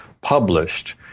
published